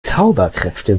zauberkräfte